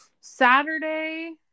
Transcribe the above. Saturday